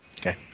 Okay